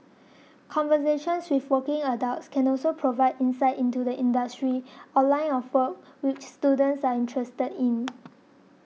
conversations with working adults can also provide insight into the industry or line of work which students are interested in